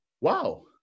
Wow